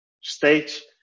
stage